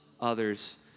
others